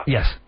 Yes